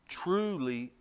truly